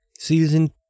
season